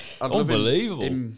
unbelievable